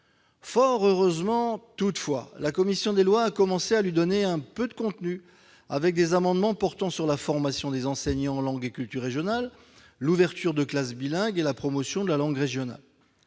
Fort heureusement, toutefois, la commission des lois a commencé à lui donner un peu de contenu en adoptant des amendements portant sur la formation des enseignants en langue et culture régionales, sur l'ouverture de classes bilingues et sur la promotion de la langue régionale.